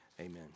amen